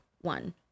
one